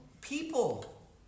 people